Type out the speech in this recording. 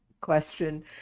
question